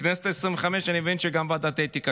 בכנסת העשרים-וחמש אני מבין שגם ועדת האתיקה